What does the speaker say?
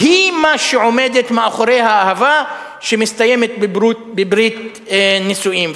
היא מה שעומד מאחורי האהבה שמסתיימת בברית נישואים.